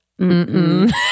mm-mm